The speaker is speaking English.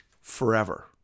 forever